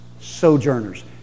sojourners